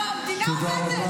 למה, המדינה עובדת?